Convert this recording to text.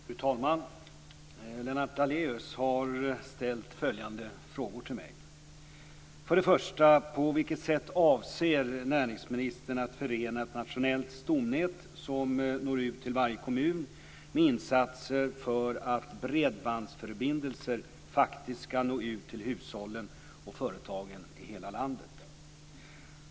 Fru talman! Lennart Daléus har ställt följande frågor till mig. För det första: På vilket sätt avser näringsministern att förena ett nationellt stomnät, som når ut till varje kommun, med insatser för att bredbandsförbindelser faktiskt ska nå ut till hushållen och företagen i hela landet?